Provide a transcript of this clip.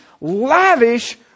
lavish